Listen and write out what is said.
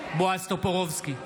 בועז טופורובסקי,